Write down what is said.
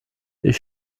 ich